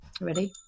Ready